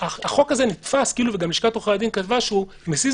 החוק הזה נתפס וגם לשכת עורכי הדין כתבה שהוא מזיז